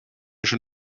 schon